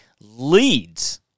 leads